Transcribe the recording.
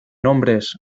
hombres